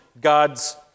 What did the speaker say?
God's